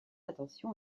attention